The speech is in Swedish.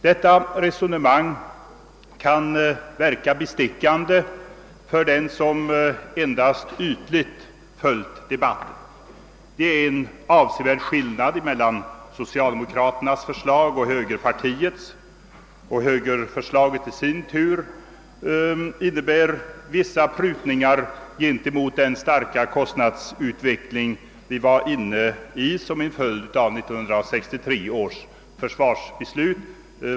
Detta resonemang kan verka bestickande för den som endast ytligt följt diskussionen. Det är en betydande skillnad mellan socialdemokraternas förslag och högerpartiets. Högerförslaget innebär i sin tur vissa prutningar i jämförelse med den starka kostnadsutveckling vi var inne i som följd av 1963 års försvarsbeslut.